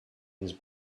ens